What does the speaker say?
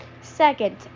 Second